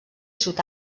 sud